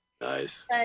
Nice